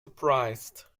surprised